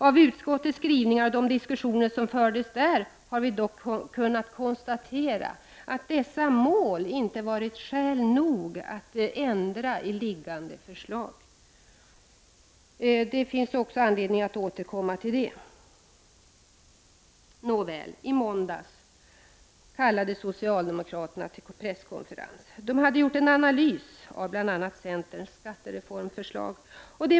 Av utskottets skrivningar och de diskussioner som fördes där har vi dock kunnat konstatera att dessa mål ”inte varit skäl nog” att ändra i föreliggande förslag. Det finns anledning att återkomma till detta. I måndags kallade socialdemokraterna till presskonferens. De hade gjort en analys av bl.a. centerns skattereformförslag.